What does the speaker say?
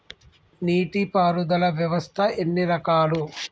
నీటి పారుదల వ్యవస్థ ఎన్ని రకాలు?